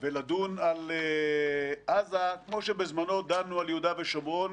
ומצד שני לא לתת לחמאס את התמונה שהם כל כך רוצים,